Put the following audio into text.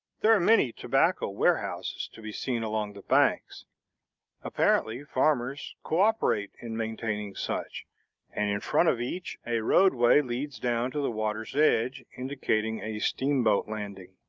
there are many tobacco warehouses to be seen along the banks apparently farmers cooperate in maintaining such and in front of each, a roadway leads down to the water's edge, indicating a steamboat landing.